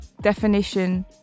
definition